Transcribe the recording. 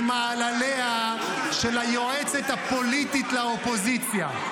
ממעלליה של היועצת הפוליטית לאופוזיציה.